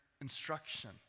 instruction